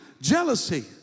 jealousy